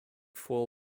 foil